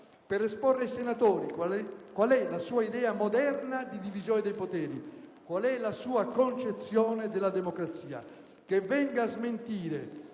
per esporre ai senatori qual è la sua idea moderna di divisione dei poteri, qual è la sua concezione della democrazia. Che venga a smentire